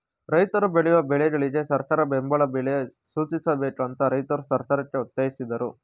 ರೈತ್ರು ಬೆಳೆಯುವ ಬೆಳೆಗಳಿಗೆ ಸರಕಾರ ಬೆಂಬಲ ಬೆಲೆ ಸೂಚಿಸಬೇಕು ಅಂತ ರೈತ್ರು ಸರ್ಕಾರಕ್ಕೆ ಒತ್ತಾಸಿದ್ರು